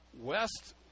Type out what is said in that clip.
West